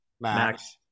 Max